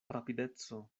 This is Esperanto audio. rapideco